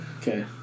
Okay